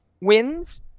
wins